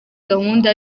gahunda